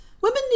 women